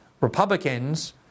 Republicans